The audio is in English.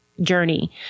journey